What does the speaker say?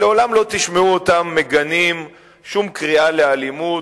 לעולם לא תשמעו אותם מגנים שום קריאה לאלימות,